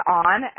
on